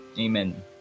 Amen